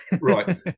right